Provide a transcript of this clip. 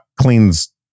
cleans